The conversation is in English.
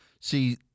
See